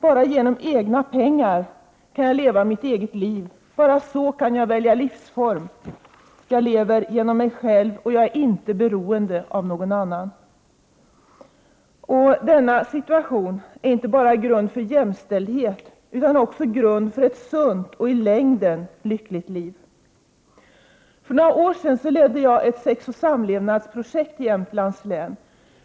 Bara genom egna pengar kan jag leva mitt eget liv, bara så kan jag välja livsform, jag lever genom mig själv och jag är inte beroende av någon annan. Denna situation är inte bara en grund för jämställdhet, utan också en grund för ett sunt och i längden lyckligt liv. För några år sedan ledde jag ett sexoch samlevnadsprojekt i Jämtlands län.